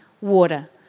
water